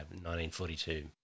1942